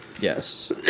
Yes